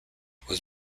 was